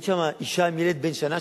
ראיתי שם אשה עם ילד בן שנה,